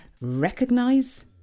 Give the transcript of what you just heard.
recognize